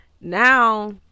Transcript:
now